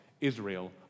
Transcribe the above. Israel